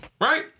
right